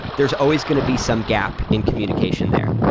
there's always going to be some gap in communication there.